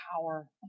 power